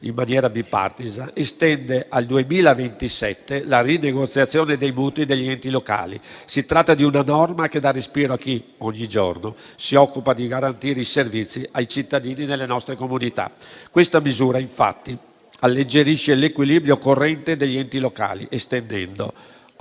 in maniera *bipartisan* estende al 2027 la rinegoziazione dei mutui degli enti locali. Si tratta di una norma che dà respiro a chi ogni giorno si occupa di garantire i servizi ai cittadini delle nostre comunità. Questa misura infatti alleggerisce l'equilibrio corrente degli enti locali, estendendo